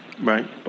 Right